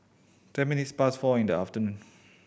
ten minutes past four in the afternoon